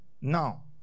now